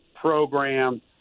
program